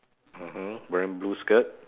mmhmm wearing blue skirt